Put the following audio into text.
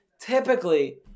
typically